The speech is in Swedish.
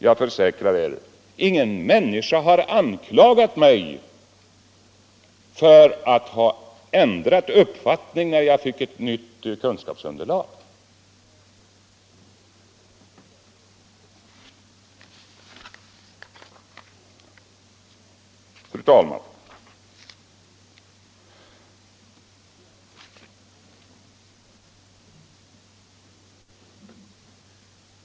Jag försäkrar er att ingen människa har anklagat mig för att ha gjort fel när jag har ändrat uppfattning sedan jag fått ett nytt kunskapsunderlag. Fru talman!